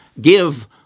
give